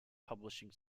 publishing